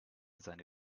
seine